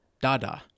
Dada